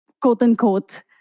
quote-unquote